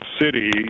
city